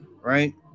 right